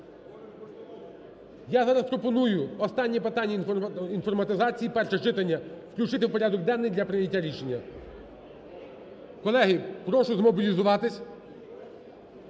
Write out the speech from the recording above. я зараз пропоную останнє питання інформатизації (перше читання) включити в порядок денний для прийняття рішення. Колеги, прошу змобілізуватись,